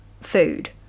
food